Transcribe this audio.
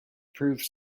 proves